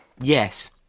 Yes